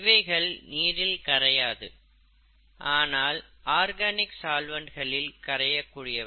இவைகள் நீரில் கரையாது ஆனால் ஆர்கானிக் சால்வண்டுகளில் கரையக்கூடியவை